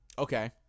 Okay